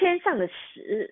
天上的屎